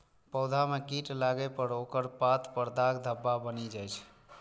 पौधा मे कीट लागै पर ओकर पात पर दाग धब्बा बनि जाइ छै